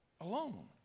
Alone